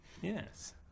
yes